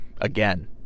again